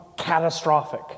Catastrophic